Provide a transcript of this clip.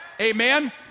Amen